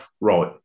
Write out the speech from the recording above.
right